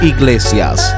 Iglesias